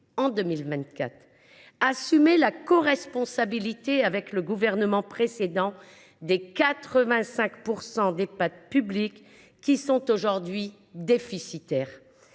en 2024 ! Assumez la coresponsabilité avec le gouvernement précédent des 85 % d’Ehpad publics qui sont aujourd’hui déficitaires